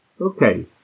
Okay